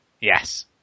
Yes